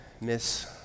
Miss